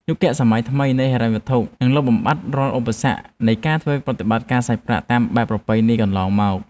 យុគសម័យថ្មីនៃហិរញ្ញវត្ថុនឹងលុបបំបាត់រាល់ឧបសគ្គនៃការធ្វើប្រតិបត្តិការសាច់ប្រាក់តាមបែបប្រពៃណីកន្លងមក។